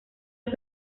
los